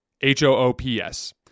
H-O-O-P-S